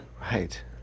Right